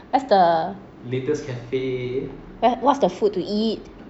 where's the where what's the food to eat